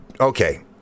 okay